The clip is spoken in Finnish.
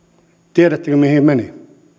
tiedättekö mihin meni